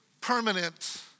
permanent